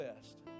best